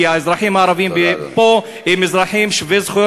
כי האזרחים הערבים פה הם אזרחים שווי זכויות,